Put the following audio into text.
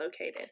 located